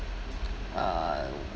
uh